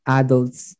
adults